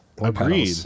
agreed